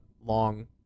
long